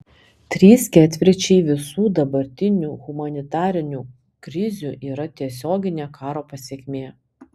trys ketvirčiai visų dabartinių humanitarinių krizių yra tiesioginė karo pasekmė